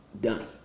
done